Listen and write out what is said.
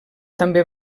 també